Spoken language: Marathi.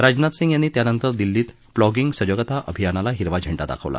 राजनाथ सिंग यांनी त्यानंतर दिल्लीत प्लॉगिग सजगता अभियानाला हिरवा झेंडा दाखवला